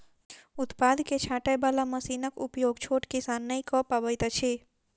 उत्पाद के छाँटय बाला मशीनक उपयोग छोट किसान नै कअ पबैत अछि